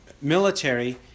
military